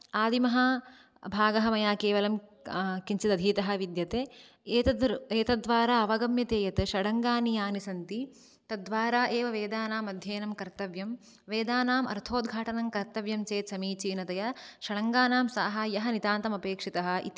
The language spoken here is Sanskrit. आदिमः भागः मया केवलं किञ्चित् अधीतः विद्यते एतत् एतद्द्वारा अवगम्यते यत् षडङ्गानि यानि सन्ति तद्द्वारा एव वेदानां अध्ययनं कर्तव्यं वेदानाम् अर्थोद्घाटनं कर्तव्यं चेत् समीचीनतया षडङ्गानाम् साहाय्यं नितान्तम् अपेक्षितः इति